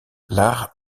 lag